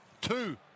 two